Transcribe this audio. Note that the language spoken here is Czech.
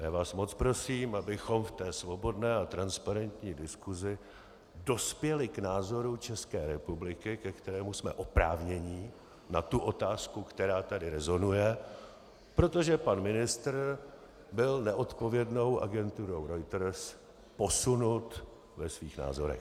A já vás moc prosím, abychom v té svobodné a transparentní diskusi dospěli k názoru České republiky, ke kterému jsme oprávněni, na otázku, která tady rezonuje, protože pan ministr byl neodpovědnou agenturou Reuters posunut ve svých názorech.